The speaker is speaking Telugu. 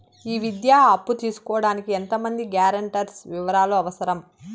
ఈ విద్యా అప్పు తీసుకోడానికి ఎంత మంది గ్యారంటర్స్ వివరాలు అవసరం?